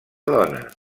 dona